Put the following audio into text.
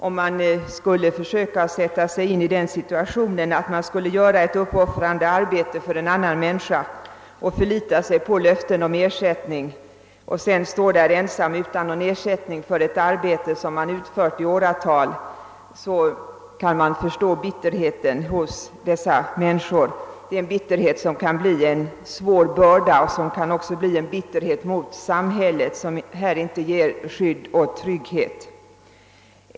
Om man själv skulle försöka sätta sig in i den situationen att man skulle göra ett uppoffrande arbete för en annan människa och förlita sig på löften om ersättning och sedan stå där ensam utan någon ersättning för ett arbete som pågått i åratal, så kanske man dock förstår bitterheten hos dessa människor — en bitterhet som kan bli en svår börda för dem och som också kan vändas mot samhället som här inte ger skydd och trygghet.